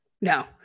no